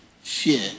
fear